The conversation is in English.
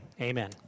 Amen